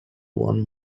one